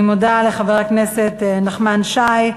אני מודה לחבר הכנסת נחמן שי.